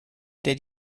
der